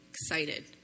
excited